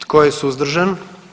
Tko je suzdržan?